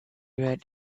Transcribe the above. read